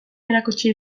erakutsi